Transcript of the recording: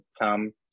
come